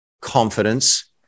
confidence